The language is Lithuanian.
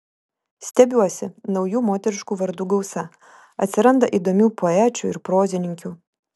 stebiuosi naujų moteriškų vardų gausa atsiranda įdomių poečių ir prozininkių